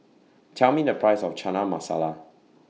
Tell Me The Price of Chana Masala